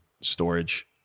storage